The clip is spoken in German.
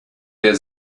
der